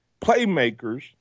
playmakers